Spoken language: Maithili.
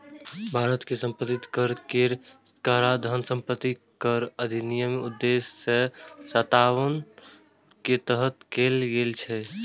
भारत मे संपत्ति कर के काराधान संपत्ति कर अधिनियम उन्नैस सय सत्तावन के तहत कैल गेल छै